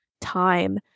time